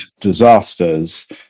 disasters